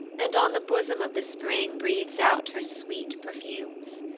and on the bosom of the spring breathes out her sweet perfumes.